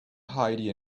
heidi